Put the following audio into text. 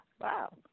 wow